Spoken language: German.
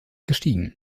gestiegen